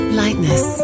lightness